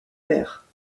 père